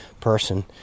person